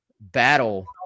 battle